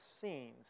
scenes